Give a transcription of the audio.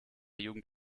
jugend